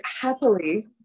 happily